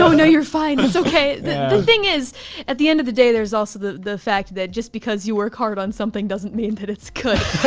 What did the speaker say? so no, you're fine, that's okay. the thing is at the end of the day, there's also the the fact that just because you work hard on something doesn't mean that it's good.